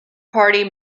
party